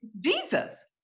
Jesus